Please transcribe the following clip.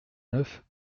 neuf